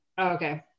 okay